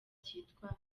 cyitwa